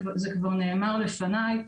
זה כבר נאמר לפניי.